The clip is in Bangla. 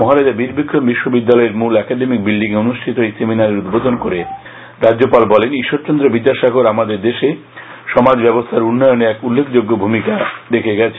মহারাজা বীরবিক্রম বিশ্ববিদ্যালয়ের মৃল একাডেমিক বিল্ডিং এ অনুষ্ঠিত এই সেমিনারের উদ্বোধন করে রাজ্যপাল বলেন ঈশ্বরচন্দ্র বিদ্যাসাগর আমাদের দেশের সমাজ ব্যবস্থার উন্নয়নে এক উল্লেখযোগ্য অবদান রেখে গেছেন